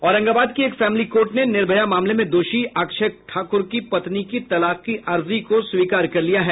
औरंगाबाद की एक family court ने निर्भया मामले में दोषी अक्षय ठाक्र की पत्नी की तलाक की अर्जी को स्वीकार कर लिया है